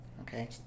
Okay